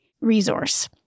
resource